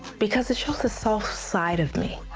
because it showed a soft side of me.